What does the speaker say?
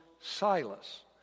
Silas